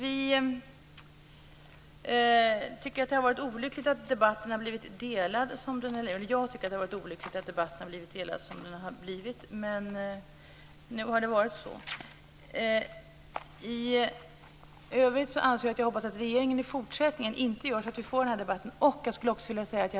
Jag tycker att det är olyckligt att debatten har blivit delad, och jag hoppas att regeringen i fortsättningen inte gör så att debatten blir på detta sätt.